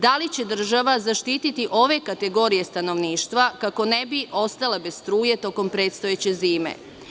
Da li će država zaštiti ove kategorije stanovništva kako ne bi ostale bez struje tokom predstojeće zime?